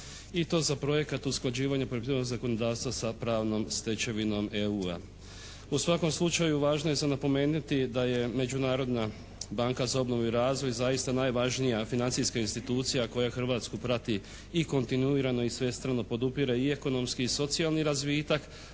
i to za projekat usklađivanja …/Govornik se ne razumije./… zakonodavstva sa pravnom stečevinom EU-a. U svakom slučaju važno je za napomenuti da je Međunarodna banka za obnovu i razvoj zaista najvažnija financijska institucija koja Hrvatsku prati i kontinuirano i svestrano podupire i ekonomski i socijalni razvitak